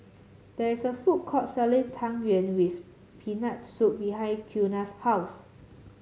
there is a food court selling Tang Yuen with Peanut Soup behind Qiana's house